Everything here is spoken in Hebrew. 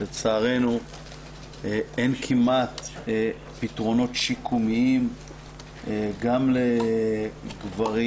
לצערנו אין כמעט פתרונות שיקומיים גם לגברים